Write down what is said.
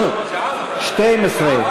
12,